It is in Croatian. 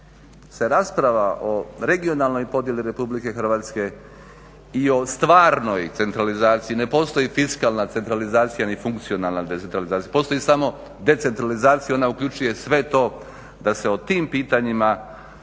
se rasprava o regionalnoj podijeli Republike Hrvatske i o stvarnoj centralizaciji, ne postoji fiskalna centralizacija ni funkcionalna decentralizacija, postoji samo decentralizacija ona uključuje sve to da se o tim pitanjima